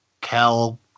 Kel